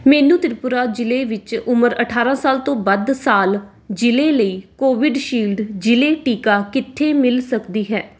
ਮੈਨੂੰ ਤ੍ਰਿਪੁਰਾ ਜ਼ਿਲ੍ਹੇ ਵਿੱਚ ਉਮਰ ਅਠਾਰਾਂ ਸਾਲ ਤੋਂ ਵੱਧ ਸਾਲ ਜ਼ਿਲ੍ਹੇ ਲਈ ਕੋਵਿਡਸ਼ੀਲਡ ਜ਼ਿਲ੍ਹੇ ਟੀਕਾ ਕਿੱਥੇ ਮਿਲ ਸਕਦੀ ਹੈ